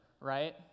Right